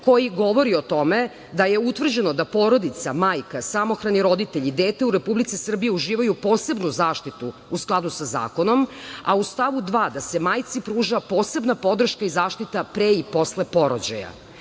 koji govori o tome da je utvrđeno da porodica, majka, samohrani roditelj i dete u Republici Srbiji uživaju posebnu zaštitu u skladu sa zakonom, a u stavu 2. da se majci pruža posebna podrška i zaštita pre i posle porođaja.E